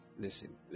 listen